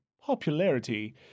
popularity